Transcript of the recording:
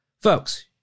folks